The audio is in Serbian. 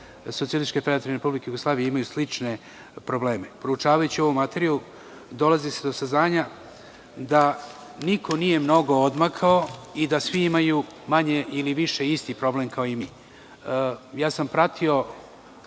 sve bivše republike SFRJ imaju slične probleme. Proučavajući ovu materiju dolazi se do saznanja da niko nije mnogo odmakao i da svi imaju manje ili više isti problem kao i mi. Pratio